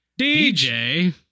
dj